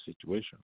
situation